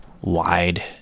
wide